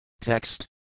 Text